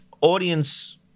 audience